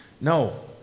No